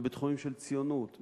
בתחומים של ציונות,